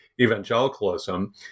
evangelicalism